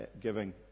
giving